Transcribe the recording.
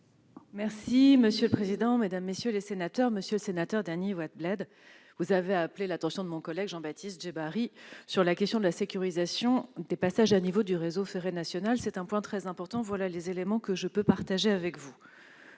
? La parole est à Mme la secrétaire d'État. Monsieur le sénateur Dany Wattebled, vous avez appelé l'attention de mon collègue Jean-Baptiste Djebbari sur la question de la sécurisation des passages à niveau du réseau ferré national. C'est un point très important, et voici les éléments que je peux partager avec vous.